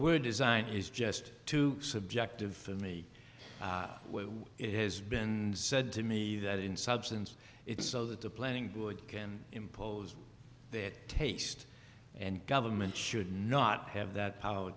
word design is just too subjective and me it has been said to me that in substance it is so that the planning board can impose their taste and government should not have that power